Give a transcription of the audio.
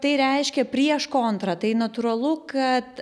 tai reiškia prieš kontra tai natūralu kad